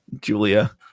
Julia